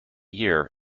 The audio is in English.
year